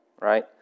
right